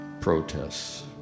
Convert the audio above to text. protests